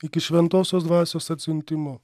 iki šventosios dvasios atsiuntimo